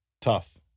tough